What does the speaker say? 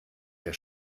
der